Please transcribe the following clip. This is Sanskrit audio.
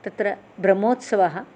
तत्र ब्रह्मोत्सवः